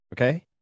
Okay